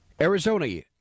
Arizona